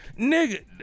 nigga